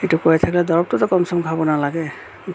এইটো কৰি থাকিলে দৰৱটোতো কমচেকম খাব নালাগে